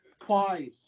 Twice